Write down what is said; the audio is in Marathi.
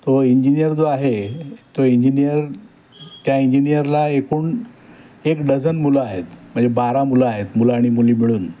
तो इंजिनियर जो आहे तो इंजिनियर त्या इंजिनियरला एकूण एक डझन मुलं आहेत म्हणजे बारा मुलं आहेत मुलं आणि मुली मिळून